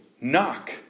knock